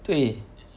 对